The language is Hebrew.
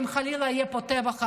אם חלילה יהיה פה הטבח הבא.